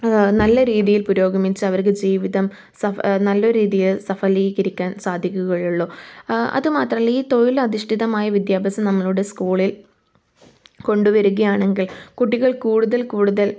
നല്ല രീതിയിൽ പുരോഗമിച്ച് അവർക്ക് ജീവിതം നല്ലൊരു രീതിയിൽ സഫലീകരിക്കാൻ സാധിക്കുകയുള്ളൂ അതുമാത്രമല്ല ഈ തൊഴിൽ അധിഷ്ഠിതമായ വിദ്യാഭ്യാസം നമ്മളുടെ സ്കൂളിൽ കൊണ്ടു വരികയാണെങ്കിൽ കുട്ടികൾ കൂടുതൽ കൂടുതൽ